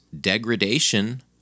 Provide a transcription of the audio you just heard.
degradation